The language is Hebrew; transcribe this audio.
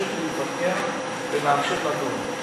פשוט להתווכח ולהמשיך לדון.